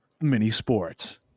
mini-sports